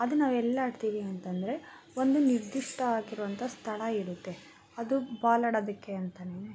ಅದು ನಾವು ಎಲ್ಲಿ ಆಡ್ತೀವಿ ಅಂತಂದರೆ ಒಂದು ನಿರ್ದಿಷ್ಟ ಆಗಿರುವಂಥ ಸ್ಥಳ ಇರುತ್ತೆ ಅದು ಬಾಲ್ ಆಡೊದಕ್ಕೆ ಅಂತನೆ